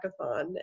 hackathon